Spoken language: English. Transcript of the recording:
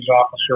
officer